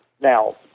Now